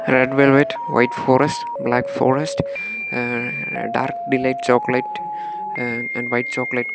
red velvet white forest black forest dark delight chocolate and white chocolate